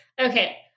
Okay